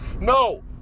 No